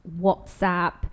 WhatsApp